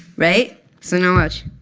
right? so now watch?